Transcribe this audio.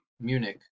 Munich